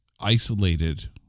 isolated